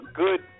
good